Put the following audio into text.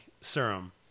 serum